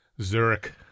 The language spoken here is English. Zurich